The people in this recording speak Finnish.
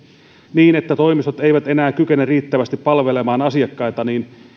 niin että toimistot eivät enää kykene riittävästi palvelemaan asiakkaitaan